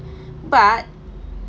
but